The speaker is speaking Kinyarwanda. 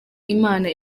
imana